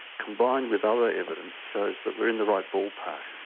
combined with other evidence, shows that we're in the right ballpark.